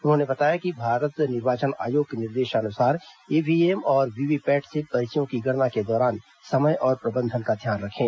उन्होंने बताया कि भारत निर्वाचन आयोग के निर्देशानुसार ईवीएम और वीवीपैट से पर्चियों की गणना के दौरान समय और प्रबंधन का ध्यान रखें